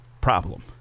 Problem